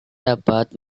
dapat